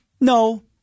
No